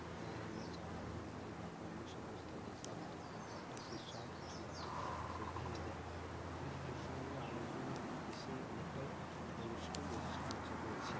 বা রান্নার চালা ভেঙে যায় বা কর্ম সংস্থান যেই সব দোকানপত্র সেই সব কিছু মাটির থাকলে সে ভেঙে যায় সেখানে পশ্চিমবঙ্গে আবাস যোজনা এসেই অনেকটাই মানুষকে বেশি সাহায্য করেছে